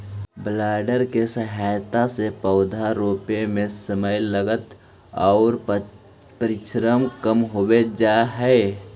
planter के सहायता से पौधा रोपे में समय, लागत आउ परिश्रम कम हो जावऽ हई